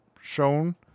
shown